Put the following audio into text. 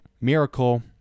Miracle